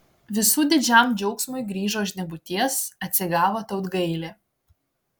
visų didžiam džiaugsmui grįžo iš nebūties atsigavo tautgailė